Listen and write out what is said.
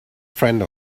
friend